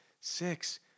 six